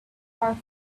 perfect